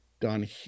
done